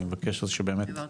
אני מבקש שבאמת